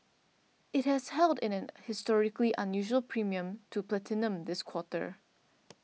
it has held in a historically unusual premium to platinum this quarter